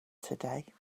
today